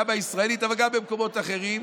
גם הישראלית אבל גם במקומות אחרים,